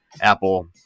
Apple